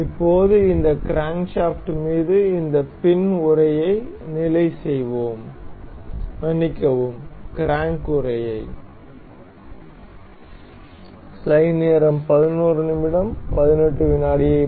இப்போது இந்த கிரான்க்ஷாப்ட் மீது இந்த ஃபின் உறையை நிலை செய்வோம் மன்னிக்கவும் க்ராங்க் உறையை